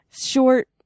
short